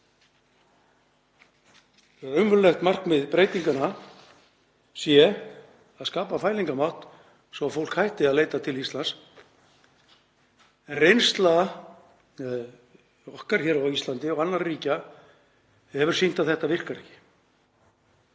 Raunverulegt markmið breytinganna sé að skapa fælingarmátt svo fólk hætti að leita til Íslands. Reynsla okkar hér á Íslandi og annarra ríkja hefur sýnt að þetta virkar ekki.